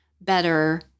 better